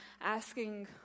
asking